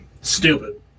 Stupid